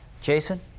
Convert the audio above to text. Jason